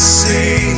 see